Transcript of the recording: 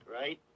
Right